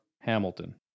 Hamilton